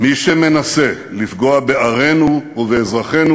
מי שמנסה לפגוע בערינו ובאזרחינו